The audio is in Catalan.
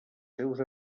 seus